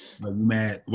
mad